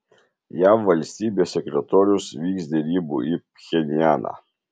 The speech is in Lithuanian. jav valstybės sekretorius vyks derybų į pchenjaną